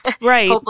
right